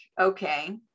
okay